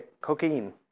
cocaine